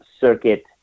circuit